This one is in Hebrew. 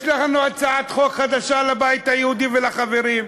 יש לנו הצעת חוק חדשה לבית היהודי ולחברים: